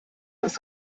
das